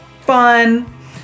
fun